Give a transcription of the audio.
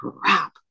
crap